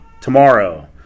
Tomorrow